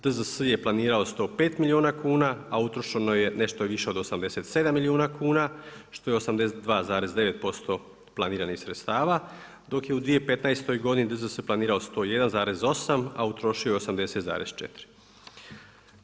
DZS je planirao 105 milijuna kuna a utrošeno je nešto više od 87 milijuna kuna, što je 82,9% planiranih sredstava, dok je u 2015. godini DZS planirao 101,8, a utrošio je 80,4.